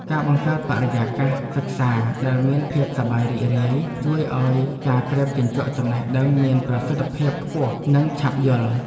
ការបង្កើតបរិយាកាសសិក្សាដែលមានភាពសប្បាយរីករាយ ជួយឱ្យការក្រេបជញ្ជក់ចំណេះដឹងមានប្រសិទ្ធភាពខ្ពស់និងឆាប់យល់។